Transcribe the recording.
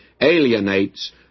alienates